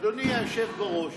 אדוני היושב בראש